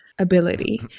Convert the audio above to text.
ability